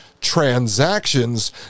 transactions